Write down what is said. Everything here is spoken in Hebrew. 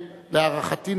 להערכתי,